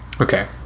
okay